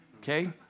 okay